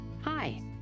Hi